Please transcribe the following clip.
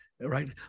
right